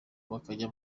bakajya